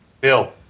Bill